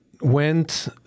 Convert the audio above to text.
went